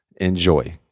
Enjoy